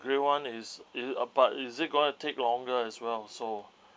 grill [one] is is it apart is it gonna take longer as well so